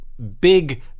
big